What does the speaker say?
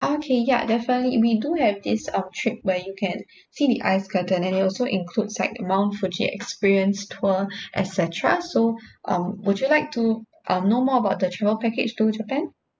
okay ya definitely we do have this uh trip where you can see the ice curtain and it also include like mount fuji experience tour et cetera so um would you like to um know more about the travel package to japan